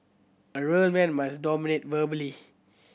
a real man must dominate verbally